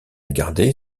gardé